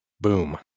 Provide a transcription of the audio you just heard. Boom